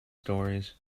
stories